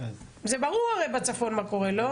זה ברור הרי בצפון מה קורה, לא?